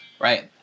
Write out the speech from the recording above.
Right